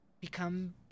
become